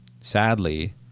Sadly